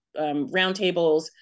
roundtables